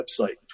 website